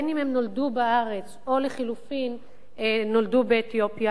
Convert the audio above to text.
אם אלה שנולדו הארץ או אלה נולדו באתיופיה,